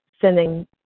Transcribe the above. sending